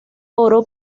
oro